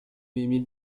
émile